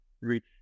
reach